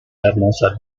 hermosa